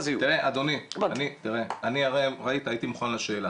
תראה, אני הרי הייתי מוכן לשאלה.